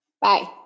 Bye